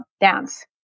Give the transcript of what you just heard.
dance